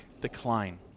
decline